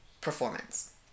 performance